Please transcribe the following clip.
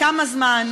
כמה זמן,